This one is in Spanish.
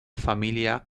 familia